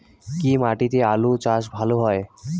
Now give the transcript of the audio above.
কি মাটিতে আলু চাষ ভালো হয়?